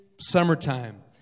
summertime